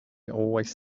always